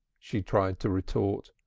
she tried to retort,